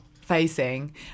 facing